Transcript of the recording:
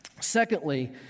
Secondly